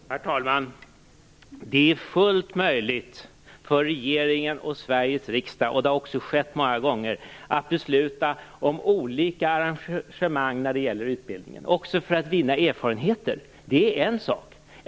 Herr talman! Det är fullt möjligt för regeringen och Sveriges riksdag - och det har också skett många gånger - att besluta om olika arrangemang när det gäller utbildningen också för att vinna erfarenheter. Det är en sak.